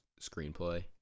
Screenplay